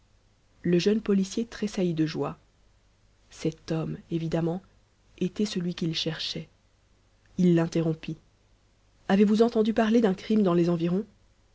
le jeune policier tressaillit de joie cet homme évidemment était celui qu'il cherchait il l'interrompit avez-vous entendu parler d'un crime dans les environs